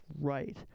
right